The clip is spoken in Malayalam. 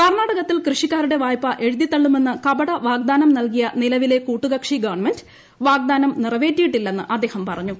കർണ്ണാടകത്തിൽ കൃഷിക്കാരുടെ വായ്പ എഴുതിതള്ളുമെന്ന് കൃഷ്ട്പ്പുറ്ദാനം നൽകിയ നിലവിലെ കൂട്ടുകക്ഷി ഗവൺമെൻ്റ് വാഗ്ദാനം നിറവേറ്റിയിട്ടില്ലെന്ന് അദ്ദേഹം പറഞ്ഞു